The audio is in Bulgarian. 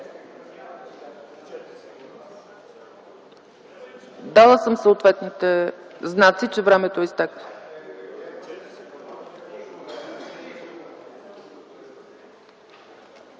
Дала съм съответните знаци, че времето е изтекло.